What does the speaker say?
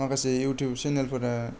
माखासे इउटुब सेनेलफोरा